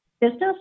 business